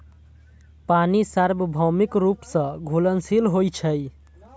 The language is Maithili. पानि सार्वभौमिक रूप सं घुलनशील होइ छै